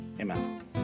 Amen